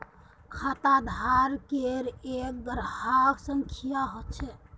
खाताधारकेर एक ग्राहक संख्या ह छ